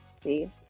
see